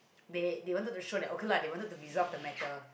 they they want to show that okay lah they wanted to resolve of the matter